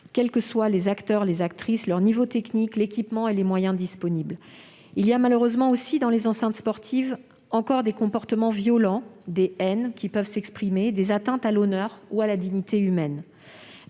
quels que soient les acteurs et les actrices, leur niveau technique, l'équipement et les moyens disponibles. Il subsiste malheureusement, dans les enceintes sportives, encore des comportements violents, des haines qui peuvent s'exprimer, des atteintes à l'honneur ou à la dignité humaine.